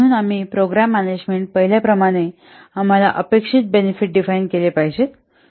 म्हणून आम्ही program management पाहिल्या प्रमाणे आम्हाला अपेक्षित बेनिफिट डिफाइन केले पाहिजेत